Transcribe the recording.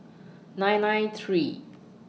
nine nine three